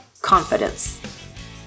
confidence